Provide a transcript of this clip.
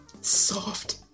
soft